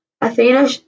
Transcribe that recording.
Athena